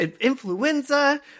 influenza